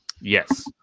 Yes